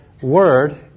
Word